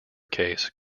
case